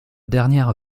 dernière